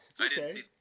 okay